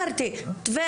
תקציבים.